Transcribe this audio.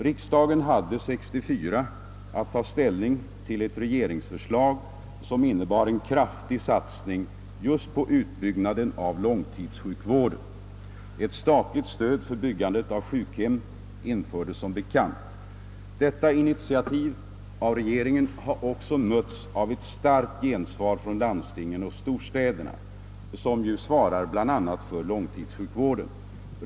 År 1964 hade riksdagen att ta ställning till ett regeringsförslag, som innebar en kraftig satsning just på utbyggnaden av långtidssjukvården. Ett statligt stöd för byggandet av sjukhem infördes som bekant. Detta initiativ av regeringen har också mötts av ett starkt gensvar från landstingen och storstäderna, vilka ju svarar bl.a. för långtidssjukvården.